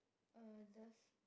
oh does